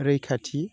रैखाथि